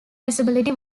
visibility